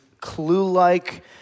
clue-like